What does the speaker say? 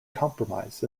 compromised